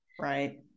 right